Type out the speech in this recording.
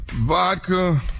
Vodka